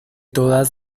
todas